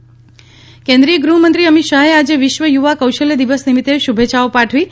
અમિત શાહ કુશળ દિવસ કેન્દ્રીય ગૃહમંત્રી અમિત શાહે આજે વિશ્વ યુવા કૌશલ્ય દિવસ નિમિત્તે શુભેચ્છાઓ પાઠવી છે